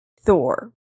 Thor